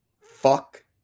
fuck